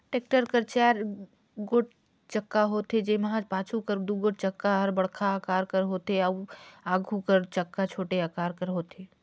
tractor कर चाएर गोट चक्का होथे, जेम्हा पाछू कर दुगोट चक्का हर बड़खा अकार कर होथे अउ आघु कर चक्का छोटे अकार कर होथे